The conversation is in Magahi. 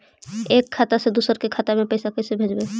एक खाता से दुसर के खाता में पैसा कैसे भेजबइ?